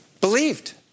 believed